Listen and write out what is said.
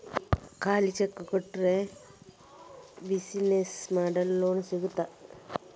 ಖಾಲಿ ಚೆಕ್ ಕೊಟ್ರೆ ಬಿಸಿನೆಸ್ ಮಾಡಲು ಲೋನ್ ಸಿಗ್ತದಾ?